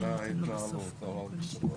לשם חתרתי.